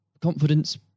confidence